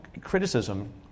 criticism